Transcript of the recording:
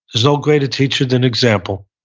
so greater teacher than example.